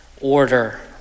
order